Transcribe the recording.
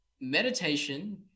Meditation